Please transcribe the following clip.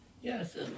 Yes